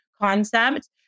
concept